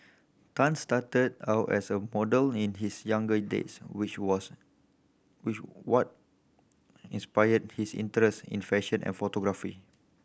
Tan started out as a model in his younger days which was which what inspired his interest in fashion and photography